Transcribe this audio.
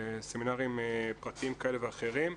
סמינרים פרטיים כאלה ואחרים.